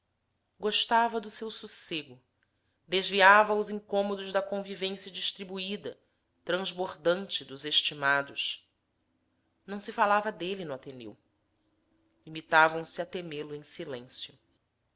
gostava do seu sossego desviava os incômodos da convivência distribuída transbordante dos estimados não se falava dele no ateneu limitavam se a temê lo em silêncio